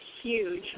huge